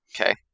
Okay